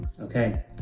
Okay